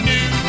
New